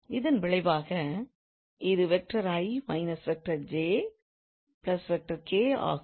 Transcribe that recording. இதன் விளைவாக இது 𝑖̂ − 𝑗̂ 𝑘̂ ஆகும்